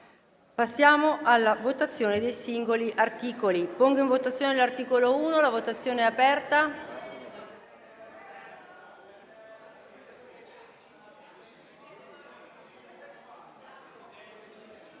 Passiamo alla votazione degli articoli,